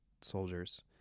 soldiers